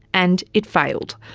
and it failed.